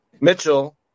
Mitchell